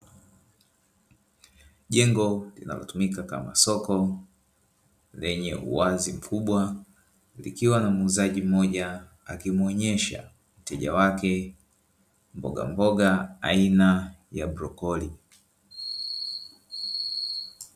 Jengo linalotumika kama soko lenye uwazi mkubwa likiwa na muuzaji mmoja akimuonesha mteja wake mbogamboga aina ya prokoli.